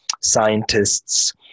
scientists